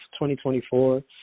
2024